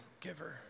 giver